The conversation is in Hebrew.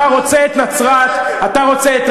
אתה רוצה את נצרת, מותר להפגין נגדך.